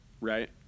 right